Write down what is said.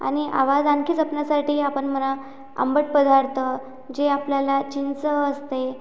आणि आवाज आणखी जपण्यासाठी आपण म्हणा आंबट पदार्थ जे आपल्याला चिंच असते